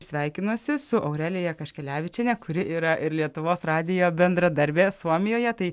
sveikinuosi su aurelija kaškelevičiene kuri yra ir lietuvos radijo bendradarbė suomijoje tai